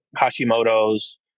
Hashimoto's